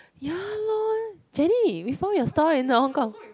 ya lor jenny we found your store in Hong-Kong